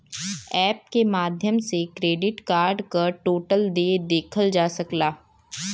app के माध्यम से क्रेडिट कार्ड क टोटल देय देखल जा सकला